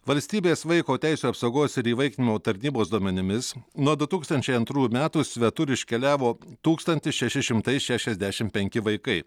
valstybės vaiko teisių apsaugos ir įvaikinimo tarnybos duomenimis nuo du tūkstančiai antrų metų svetur iškeliavo tūkstantis šeši šimtai šešiasdešimt penki vaikai